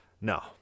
No